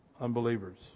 unbelievers